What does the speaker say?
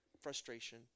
frustration